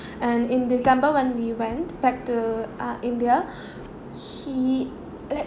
and in december when we went back to uh india he like